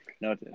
No